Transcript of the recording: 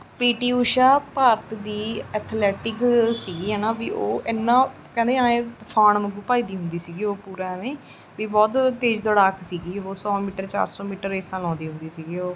PT Usha Bharat ਦੀ athletic ਸੀਗੀ ਹੈ ਨਾ ਵੀ ਉਹ ਐਨਾ ਕਹਿੰਦੇ ਆਂਏ ਤੁਫਾਨ ਵਾਂਗੂੰ ਭੱਜਦੀ ਹੁੰਦੀ ਸੀਗੀ ਉਹ ਪੂਰਾ ਐਵੇਂ ਵੀ ਬਹੁਤ ਤੇਜ਼ ਦੌੜਾਕ ਸੀਗੀ ਉਹ ਸੌ ਮੀਟਰ ਚਾਰ ਸੌ ਮੀਟਰ ਰੇਸਾਂ ਲਾਉਂਦੀ ਹੁੰਦੀ ਸੀਗੀ ਉਹ